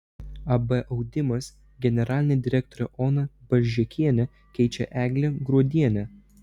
ab audimas generalinę direktorę oną balžekienę keičia eglė gruodienė